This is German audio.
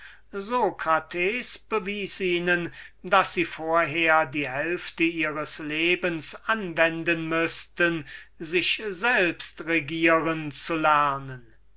anzumaßen socrates daß sie vorher die hälfte ihres lebens anwenden sollten sich selbst regieren zu lernen